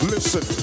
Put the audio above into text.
Listen